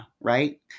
right